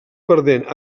perdent